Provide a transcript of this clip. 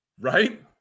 Right